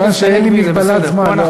חבל שאין לי מגבלת זמן.